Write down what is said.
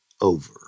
over